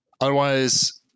otherwise